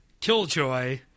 Killjoy